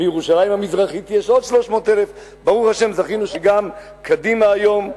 ובירושלים המזרחית יש עוד 300,000. ברוך השם זכינו שגם קדימה היום,